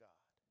God